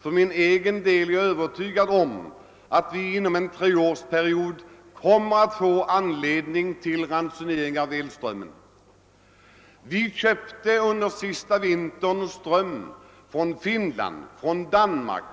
För egen del är jag övertygad om att vi inom en treårsperiod kommer att få ransonering av elströmmen. Vi köpte under senaste vintern ström från Finland, Danmark,